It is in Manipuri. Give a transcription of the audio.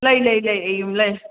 ꯂꯩ ꯂꯩ ꯂꯩ ꯑꯩ ꯌꯨꯝ ꯂꯩ